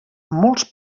molts